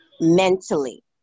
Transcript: mentally